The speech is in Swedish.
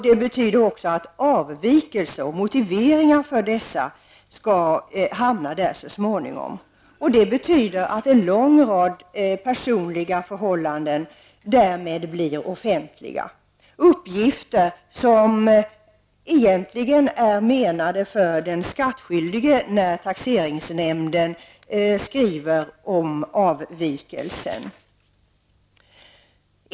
Det betyder också att avvikelser från och motiveringar för dessa skall hamna där så småningom. Därmed blir en lång rad personliga förhållanden offentliga. Det rör sig om uppgifter som egentligen är menade för den skattskyldige när taxeringsnämnden skriver om avvikelsen.